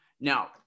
Now